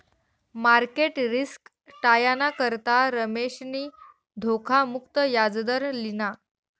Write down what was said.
market risk टायाना करता रमेशनी धोखा मुक्त याजदर लिना